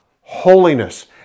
holiness